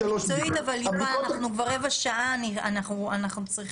אנחנו כבר רבע שעה --- סליחה,